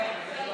תודה.